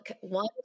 One